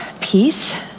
peace